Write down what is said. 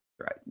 right